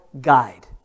guide